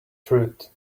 fruit